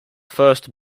first